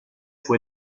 fue